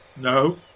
No